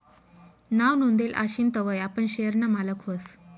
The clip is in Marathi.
नाव नोंदेल आशीन तवय आपण शेयर ना मालक व्हस